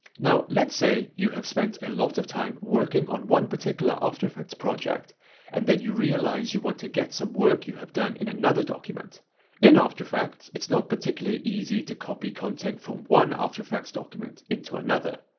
now let's say you have spent a lot of time working on one particular after effects project and then you realize you want to get some work you have done in another document in after effects, it's not particularly easy to copy content from one after effects document into another,